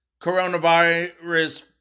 coronavirus